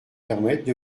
permettre